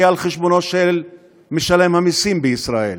שהיא על חשבונו של משלם המסים בישראל.